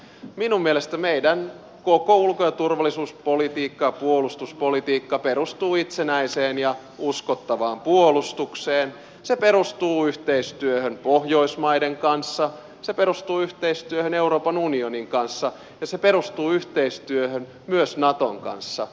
minun mielestäni meidän koko ulko turvallisuus ja puolustuspolitiikkamme perustuu itsenäiseen ja uskottavaan puolustukseen se perustuu yhteistyöhön pohjoismaiden kanssa se perustuu yhteistyöhön euroopan unionin kanssa ja se perustuu yhteistyöhön myös naton kanssa